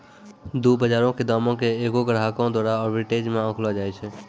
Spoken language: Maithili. दु बजारो के दामो के एगो ग्राहको द्वारा आर्बिट्रेज मे आंकलो जाय छै